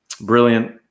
brilliant